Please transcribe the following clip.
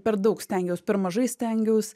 per daug stengiaus per mažai stengiaus